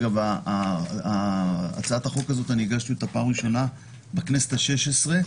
את הצעת החוק הזאת אני הגשתי בפעם הראשונה בכנסת ה-16,